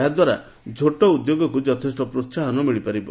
ଏହାଦ୍ୱାରା ଝୋଟ ଉଦ୍ୟୋଗକୁ ଯଥେଷ ପ୍ରୋସାହନ ମିଳିପାରିବ